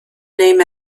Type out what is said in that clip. name